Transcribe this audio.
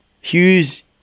Hughes